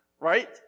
right